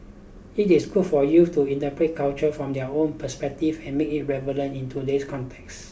it is good for youth to interpret culture from their own perspective and make it relevant in today's context